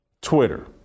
Twitter